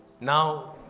now